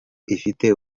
ifite